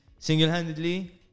Single-handedly